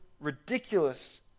ridiculous